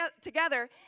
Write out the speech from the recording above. together